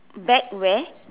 back where